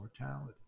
mortality